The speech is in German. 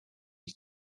ich